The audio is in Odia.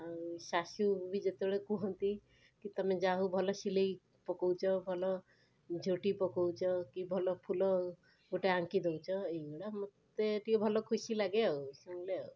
ଆଉ ଶାଶୁ ବି ଯେତେବେଳେ କୁହନ୍ତି କି ତୁମେ ଯା ଭଲ ସିଲେଇ ପକାଉଛ ଭଲ ଝୋଟି ପକାଉଛ କି ଭଲ ଫୁଲ ଗୋଟେ ଆଙ୍କି ଦେଉଛ ଏଇଗୁଡ଼ା ମୋତେ ଟିକିଏ ଭଲ ଖୁସି ଲାଗେ ଆଉ ଶୁଣିଲେ